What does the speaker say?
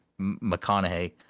McConaughey